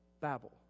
Babel